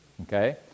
Okay